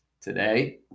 today